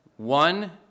One